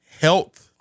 health